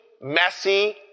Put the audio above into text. messy